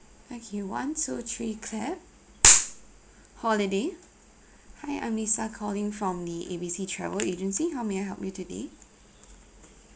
okay one two three clap holiday hi I'm lisa calling from the A B C travel agency how may I help you today